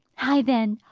hie then,